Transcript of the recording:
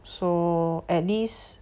so at least